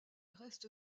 reste